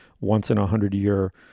once-in-a-hundred-year